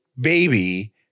baby